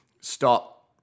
stop